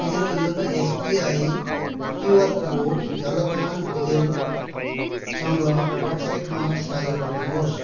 मेरो YONO SBI QR code Jhalakman भुजेलसँग वाट्सएपमा साझा गर्नुहोस्